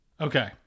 Okay